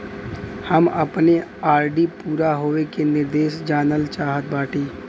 हम अपने आर.डी पूरा होवे के निर्देश जानल चाहत बाटी